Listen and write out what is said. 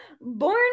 born